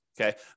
Okay